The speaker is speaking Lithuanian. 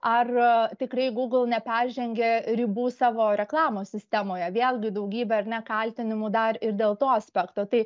ar tikrai google neperžengė ribų savo reklamos sistemoje vėlgi daugybė ar ne kaltinimų dar ir dėl to aspekto tai